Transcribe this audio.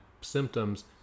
symptoms